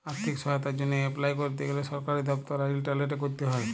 আথ্থিক সহায়তার জ্যনহে এপলাই ক্যরতে গ্যালে সরকারি দপ্তর আর ইলটারলেটে ক্যরতে হ্যয়